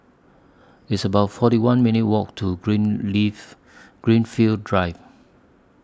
It's about forty one minutes' Walk to Green Leaf Greenfield Drive